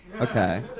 Okay